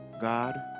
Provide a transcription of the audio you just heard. God